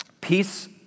peace